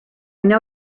know